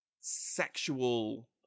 sexual